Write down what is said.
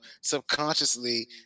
subconsciously